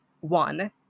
one